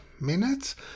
minutes